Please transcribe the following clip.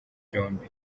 byombi